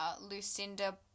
Lucinda